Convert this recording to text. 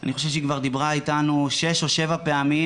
אני חושב שהיא כבר דיברה איתנו שש או שבע פעמים,